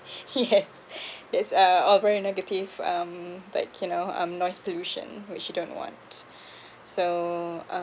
yes that's a overall negative um that you know um noise pollution which we don't want so